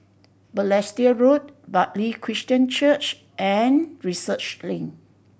Balestier Road Bartley Christian Church and Research Link